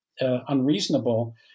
unreasonable